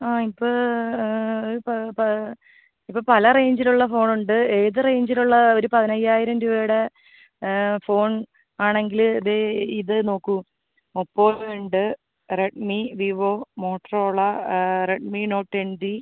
ആ ഇപ്പോൾ ഒരു പ്പാ പ്പാ ഇപ്പം പല റേഞ്ചിലുള്ള ഫോണൊണ്ട് ഏത് റേഞ്ചിലുള്ളതാണ് ഒരു പതിനഞ്ചായിരം രൂപയുടെ ഫോൺ ആണെങ്കിൽ ദേ ഇത് നോക്കൂ ഒപ്പോ ഉണ്ട് റെഡ്മി വിവോ മോട്ടറോള ആ റെഡ്മി നോട്ട് എൻ ഡി